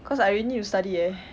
cause I really need to study eh